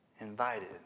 invited